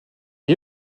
est